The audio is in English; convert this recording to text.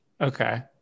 Okay